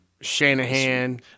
Shanahan